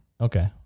Okay